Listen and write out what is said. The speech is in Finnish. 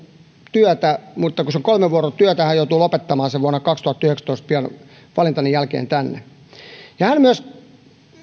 työtä mutta kun se on kolmivuorotyötä hän joutui lopettamaan sen vuonna kaksituhattayksitoista pian valintani jälkeen ja hän myös